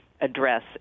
address